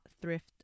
thrift